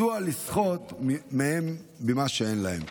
מדוע לסחוט מהם ממה שאין להם?